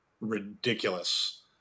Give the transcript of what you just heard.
ridiculous